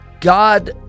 God